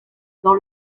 dans